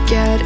Get